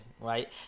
right